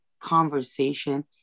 conversation